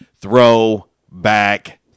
throwback